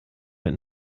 mit